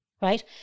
right